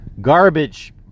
garbage